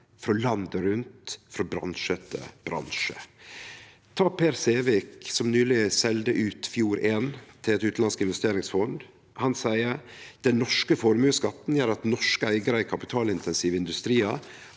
frå landet rundt, frå bransje etter bransje. Ta Per Sævik, som nyleg selde ut Fjord1 til eit utanlandsk investeringsfond. Han seier at den norske formuesskatten gjer at norske eigarar i kapitalintensive industriar